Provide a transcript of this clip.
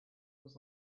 was